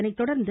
இதனைத்தொடர்ந்து